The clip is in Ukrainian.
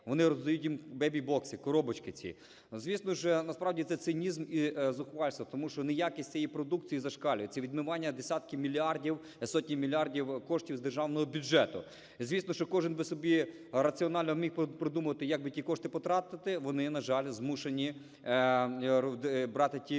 вони роздають їм бебі-бокси, коробочки ці. Звісно ж, насправді це цинізм і зухвальство, тому що неякість цієї продукції зашкалює. Це відмивання десятків мільярдів, сотень мільярдів коштів з державного бюджету. Звісно, що кожен би собі раціонально міг продумувати, як би ті кошти потратити, – вони, на жаль, змушені брати ті